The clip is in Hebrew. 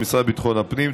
המשרד לביטחון הפנים,